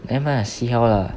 nevermind lah see how lah